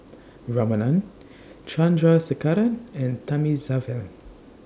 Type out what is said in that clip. Ramanand Chandrasekaran and Thamizhavel